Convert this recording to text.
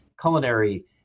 culinary